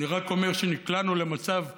אני רק אומר שנקלענו למצב מביך,